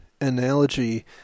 analogy